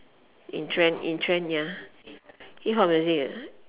in trend in trend ya hip hop music ah